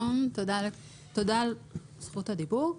תודה על זכות הדיבור.